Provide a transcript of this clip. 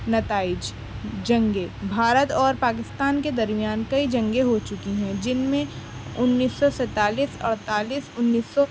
نتائج جنگیں بھارت اور پاکستان کے درمیان کئی جنگیں ہو چکی ہیں جن میں انیس سو سینتالیس اڑتالیس انیس سو